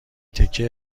تکه